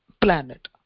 planet